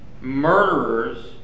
murderers